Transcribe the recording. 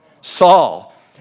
Saul